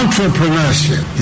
Entrepreneurship